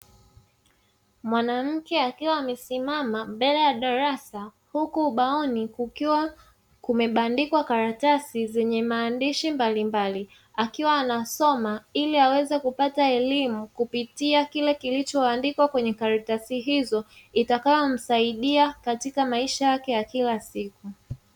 Mwanamke akiwa amesimama mbele ya darasa, huku ubaoni kukiwa kumebandikwa karatasi zenye maandishi mbalimbali, akiwa anasoma, ili kupata elimu kupitia yale yaliyoandikwa kwenye karatasi hizo, itakayomsaidia katika maisha yake ya kila siku.